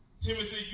Timothy